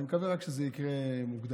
אני מקווה רק שזה יקרה מוקדם.